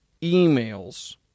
emails